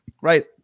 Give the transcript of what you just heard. right